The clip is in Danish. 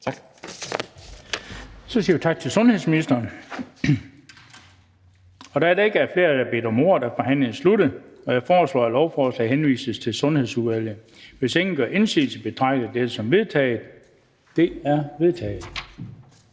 Så siger vi tak til sundhedsministeren. Da der ikke er flere, der har bedt om ordet, er forhandlingen sluttet. Jeg foreslår, at lovforslaget henvises til Sundhedsudvalget. Hvis ingen gør indsigelse, betragter jeg dette som vedtaget. Det er vedtaget.